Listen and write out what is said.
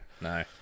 no